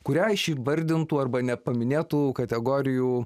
kurią šie įvardintų arba nepaminėtų kategorijų